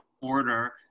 order